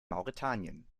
mauretanien